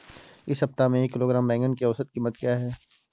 इस सप्ताह में एक किलोग्राम बैंगन की औसत क़ीमत क्या है?